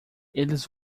eles